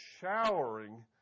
showering